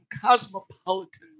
Cosmopolitan